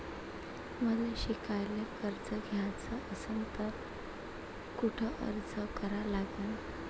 मले शिकायले कर्ज घ्याच असन तर कुठ अर्ज करा लागन?